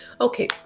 okay